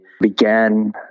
began